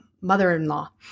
mother-in-law